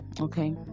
Okay